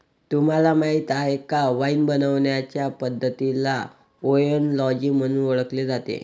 तुम्हाला माहीत आहे का वाइन बनवण्याचे पद्धतीला ओएनोलॉजी म्हणून ओळखले जाते